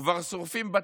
כבר שורפים בתים.